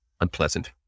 unpleasant